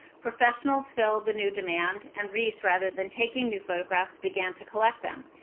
professionals filled the new demand and riis, rather than taking new photographs, began to collect them.